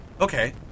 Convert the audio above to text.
okay